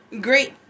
great